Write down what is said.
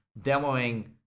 demoing